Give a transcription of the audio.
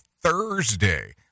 Thursday